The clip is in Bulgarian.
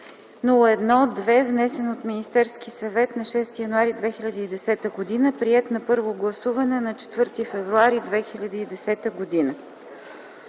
внесен от Министерския съвет на 6 януари 2010 г., приет на първо гласуване на 4 февруари 2010 г.